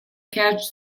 cage